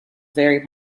very